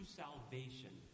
salvation